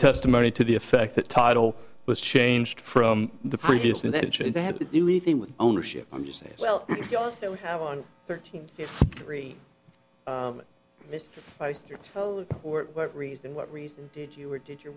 testimony to the effect that title was changed from the previous intention to have to do anything with ownership i'm just saying well you also have on thirteen if three is your own what reason what reason did you or did your